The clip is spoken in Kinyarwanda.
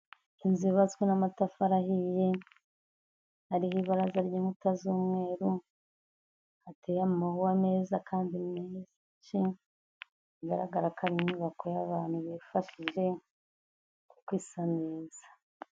Inzu yubatswe n'amatafari ahiye ariho ibaraza ry'inkuta z'umweru, hateye amawuwa meza kandi menshi, bigaragara ko ari inyubako y'abantu bifashije kuko isa neza.